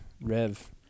Rev